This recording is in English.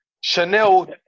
Chanel